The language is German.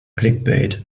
clickbait